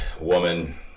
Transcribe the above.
woman